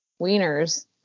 wieners